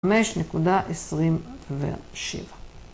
5.27